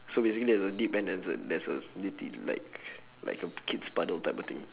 so basically there's a deep end and there's a there's a like like kids puddle type of thing